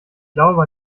glaube